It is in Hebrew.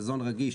מזון רגיש,